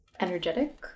energetic